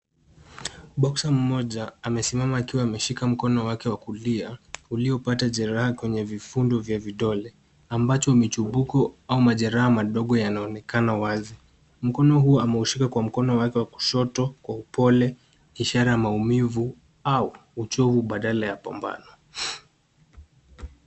Boxer mmoja amesimama akiwa ameshika mkono wake wa kulia, hupata jereha kwenye vifundo vya vidole, ambacho michumbuko au majeraha madogo yanaonekana wazi. Mkono huu ameushika kwa mkono wake wa kushoto, kwa upole, ukionyesha maumivu, au uchovu badala ya pambano.